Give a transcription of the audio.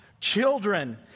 children